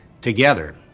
together